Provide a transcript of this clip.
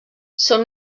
són